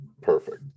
Perfect